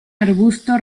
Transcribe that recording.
arbusto